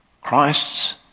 Christ's